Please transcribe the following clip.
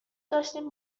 داشتیم